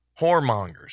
Whoremongers